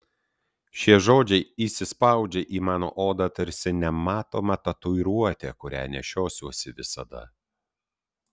šie žodžiai įsispaudžia į mano odą tarsi nematoma tatuiruotė kurią nešiosiuosi visada